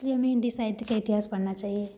इसलिए हमें हिंदी साहित्य का इतिहास पढ़ना चाहिए